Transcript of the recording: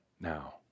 now